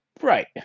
Right